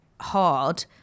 hard